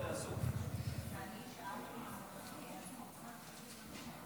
בין-לאומיות אשר אין להן מוסד קבע בישראל,